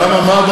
למה?